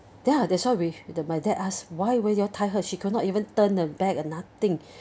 ya that's why we the my dad asked why why you all tie her she could not even turn her back and nothing